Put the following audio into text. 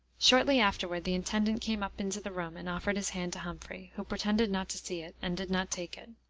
shortly afterward the intendant came up into the room and offered his hand to humphrey, who pretended not to see it, and did not take it.